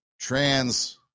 trans